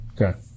Okay